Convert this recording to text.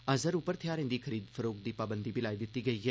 अजहर उप्पर थेहारें दी खरीद फरोख्त दी पाबंदी बी लाई दित्ती गेई ऐ